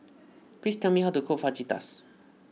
please tell me how to cook Fajitas